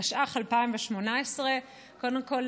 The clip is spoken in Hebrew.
התשע"ח 2018. קודם כול,